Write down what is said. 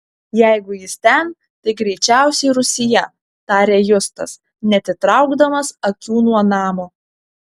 jeigu jis ten tai greičiausiai rūsyje tarė justas neatitraukdamas akių nuo namo